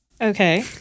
Okay